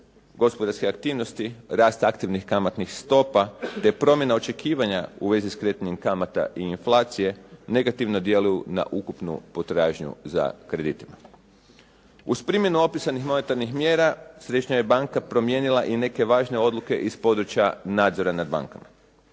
gospodarske aktivnosti rasta aktivnih kamatnih stopa te promjena očekivanja u vezi s kretanjem kamata i inflacija negativno djeluju na ukupnu potražnju za kreditima. Uz primjenu opisanih monetarnih mjera, Središnja je banka promijenila i neke važne odluke iz područja nadzora nad bankama.